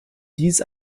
dies